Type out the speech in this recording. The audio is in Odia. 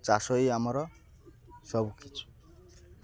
ଚାଷ ହିଁ ଆମର ସବୁକିଛି